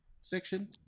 section